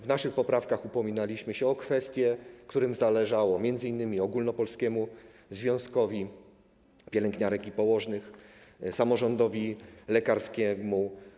W naszych poprawkach upominaliśmy się o kwestie, na których zależało m.in. ogólnopolskiemu związkowi pielęgniarek i położnych, samorządowi lekarskiemu.